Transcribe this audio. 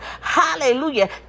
hallelujah